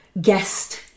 guest